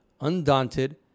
Undaunted